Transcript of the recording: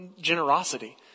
generosity